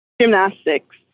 Gymnastics